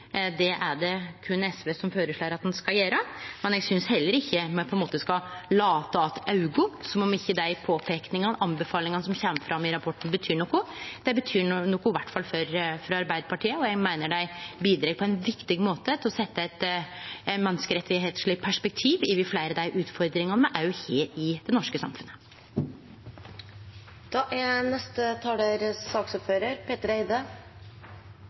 Det er det berre SV som føreslår at ein skal gjere. Men eg synest heller ikkje me skal late att augo, som om ikkje dei påpeikingane og anbefalingane som kjem fram i rapporten, betyr noko. Dei betyr noko, i alle fall for Arbeidarpartiet, og eg meiner dei på ein viktig måte bidreg til å setje eit menneskerettsleg perspektiv over fleire av dei utfordringane me har i det norske samfunnet. Kanskje i motsetning til representantene Tetzschner og Per-Willy Amundsen er